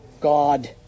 God